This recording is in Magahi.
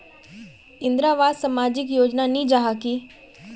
इंदरावास सामाजिक योजना नी जाहा की?